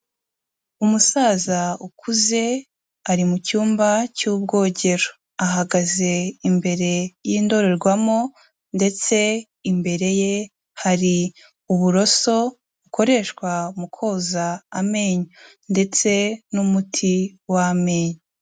Umusaza ukuze, ari mu cyumba cy'ubwogero. Ahagaze imbere y'indorerwamo ndetse imbere ye hari uburoso bukoreshwa mu koza amenyo ndetse n'umuti w'amenyo.